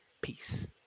Peace